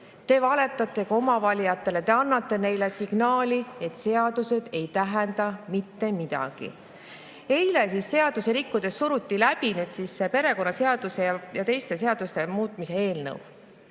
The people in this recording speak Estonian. Te valetate ka oma valijatele, te annate neile signaali, et seadused ei tähenda mitte midagi. Eile seadusi rikkudes suruti läbi see perekonnaseaduse ja teiste seaduste muutmise eelnõu.